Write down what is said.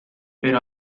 pero